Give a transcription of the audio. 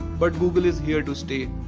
but google is here to stay.